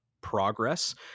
progress